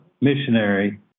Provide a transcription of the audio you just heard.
missionary